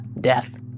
death